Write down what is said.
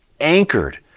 anchored